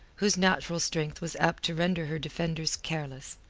whose natural strength was apt to render her defenders careless.